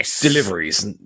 deliveries